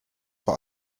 vor